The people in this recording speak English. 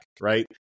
right